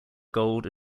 gold